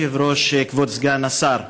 אדוני היושב-ראש, כבוד סגן השר,